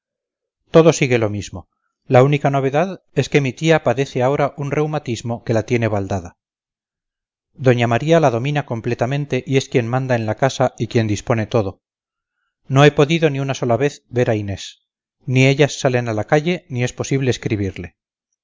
todo sigue lo mismo la única novedad es que mi tía padece ahora un reumatismo que la tiene baldada doña maría la domina completamente y es quien manda en la casa y quien dispone todo no he podido ni una vez sola ver a inés ni ellas salen a la calle ni es posible escribirle